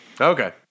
Okay